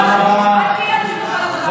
הם אומרים, גברתי השרה, תודה רבה.